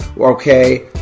okay